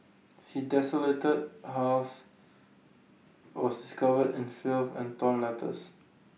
he desolated house was covered in filth and torn letters